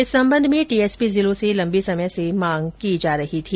इस संबंध में टीएसपी जिलों से लम्बे समय से मांग की जा रही थी